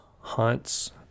hunts